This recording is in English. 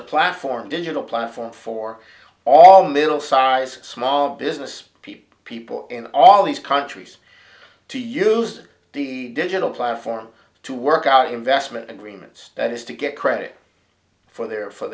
a platform digital platform for all middle sized small business people people in all these countries to use the digital platform to work out investment agreements that is to get credit for their for